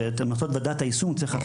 שצריך ליישם את המלצות ועדת היישום.